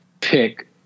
pick